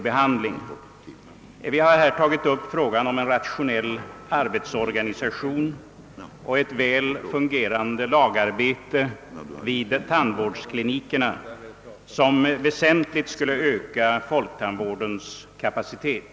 Vi har i vår motion tagit upp frågan om en rationell arbetsorganisation och ett väl fungerande lagarbete vid tandvårdsklinikerna och framhållit att det skulle öka folktandvårdens kapacitet.